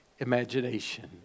Imagination